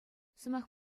сӑмах